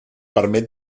permet